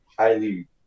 highly